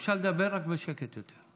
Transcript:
אפשר לדבר, רק בשקט יותר.